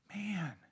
Man